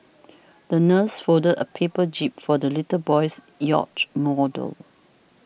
the nurse folded a paper jib for the little boy's yacht model